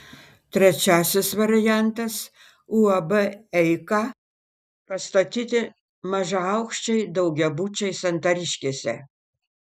trečiasis variantas uab eika pastatyti mažaaukščiai daugiabučiai santariškėse